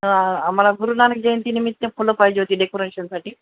आम्हाला गुरुनानक जयंतीनिमित्त फुलं पाहिजे होती डेकोरेशनसाठी